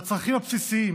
הצרכים הבסיסיים,